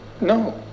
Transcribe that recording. No